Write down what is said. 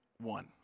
one